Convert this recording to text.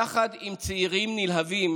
יחד עם צעירים נלהבים,